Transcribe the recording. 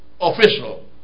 official